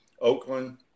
Oakland